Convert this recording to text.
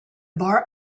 bar